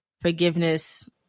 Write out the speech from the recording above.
forgiveness